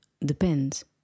Depends